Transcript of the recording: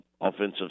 offensive